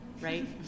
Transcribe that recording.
right